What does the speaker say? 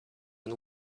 and